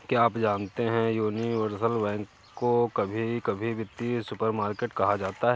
क्या आप जानते है यूनिवर्सल बैंक को कभी कभी वित्तीय सुपरमार्केट कहा जाता है?